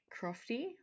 Crofty